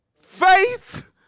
faith